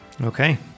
Okay